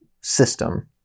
system